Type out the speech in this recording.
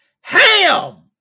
ham